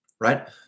right